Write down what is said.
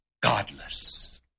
godless